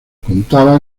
contaba